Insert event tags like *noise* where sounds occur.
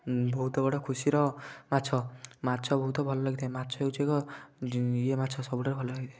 ବହୁତ ବଡ଼ ଖୁସିର ମାଛ ମାଛ ବହୁତ ଭଲ ଲାଗିଥାଏ ମାଛ ହେଉଛି ଏକ ଇଏ ମାଛ ସବୁଠାରୁ ଭଲ *unintelligible*